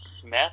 Smith